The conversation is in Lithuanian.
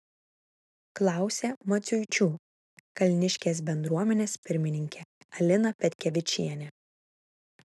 klausė maciuičių kalniškės bendruomenės pirmininkė alina petkevičienė